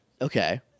Okay